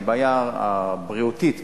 כשהבעיה הבריאותית,